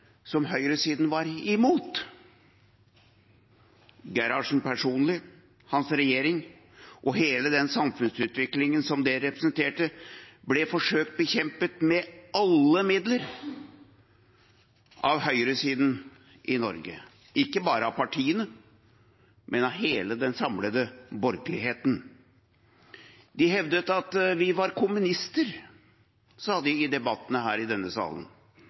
som høyresiden var imot. Både Gerhardsen personlig, hans regjering og hele den samfunnsutviklingen de representerte, ble forsøkt bekjempet med alle midler av høyresiden i Norge – ikke bare av partiene, men av hele den samlede borgerligheten. De hevdet at vi var kommunister. Det sa de i debattene her i denne salen